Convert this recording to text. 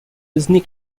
disney